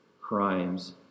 crimes